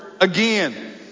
again